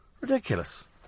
Ridiculous